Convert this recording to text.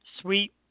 Sweet